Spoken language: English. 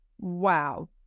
wow